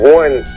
one